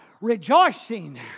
rejoicing